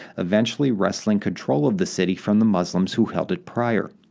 eventually wresting control of the city from the muslims who held it prior.